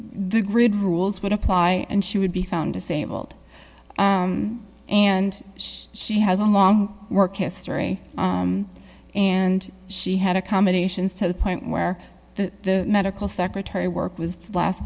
the grid rules would apply and she would be found disabled and she has a long work history and she had accommodations to the point where the medical secretary work was the last